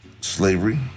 slavery